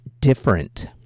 Different